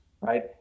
right